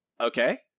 Okay